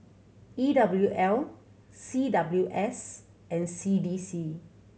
E W L C W S and C D C